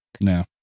No